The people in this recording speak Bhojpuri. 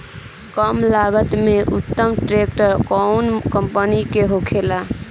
कम लागत में उत्तम ट्रैक्टर कउन कम्पनी के होखेला?